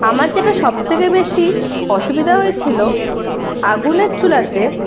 আমার যেটা সবথেকে বেশি অসুবিধা হয়েছিল আগুনের চুলাতে